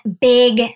big